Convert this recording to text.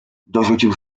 dorzucił